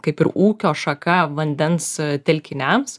kaip ir ūkio šaka vandens telkiniams